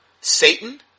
Satan